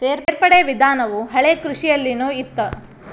ಸೇರ್ಪಡೆ ವಿಧಾನವು ಹಳೆಕೃಷಿಯಲ್ಲಿನು ಇತ್ತ